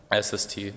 SST